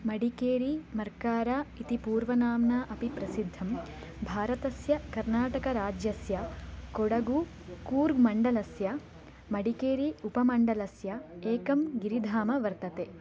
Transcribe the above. मडिकेरी मर्कारा इति पूर्वनाम्ना अपि प्रसिद्धं भारतस्य कर्नाटकराज्यस्य कोडगु कूर्ग् मण्डलस्य मडिकेरी उपमण्डलस्य एकं गिरिधाम वर्तते